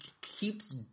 keeps